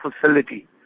facility